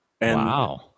Wow